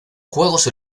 juegos